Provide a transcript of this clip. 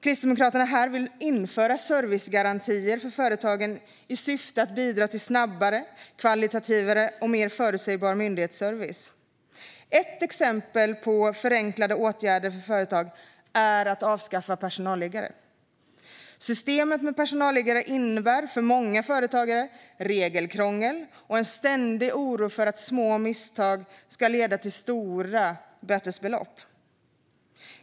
Kristdemokraterna vill här införa servicegarantier för företagen i syfte att bidra till snabbare, mer högkvalitativ och mer förutsägbar myndighetsservice. Ett exempel på förenklande åtgärder för företag är att avskaffa personalliggare. Systemet med personalliggare innebär för många företagare regelkrångel och en ständig oro för att små misstag ska leda till stora bötesbelopp.